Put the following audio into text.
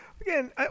Again